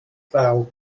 prawf